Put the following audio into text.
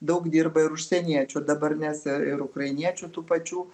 daug dirba ir užsieniečių dabar nes ir ir ukrainiečių tų pačių